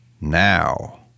Now